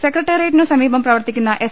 സെക്രട്ടറിയേറ്റിനുസമീപം പ്രവർത്തിക്കുന്ന എസ്